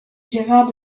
gérard